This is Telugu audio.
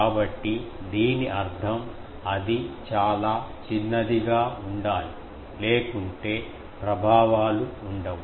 కాబట్టి దీని అర్థం అది చాలా చిన్నదిగా ఉండాలి లేకుంటే ప్రభావాలు ఉండవు